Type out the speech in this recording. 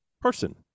person